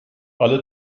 alle